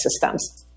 systems